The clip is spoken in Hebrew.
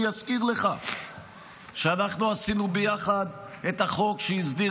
אני אזכיר לך שאנחנו עשינו ביחד את החוק שהסדיר